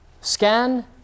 Scan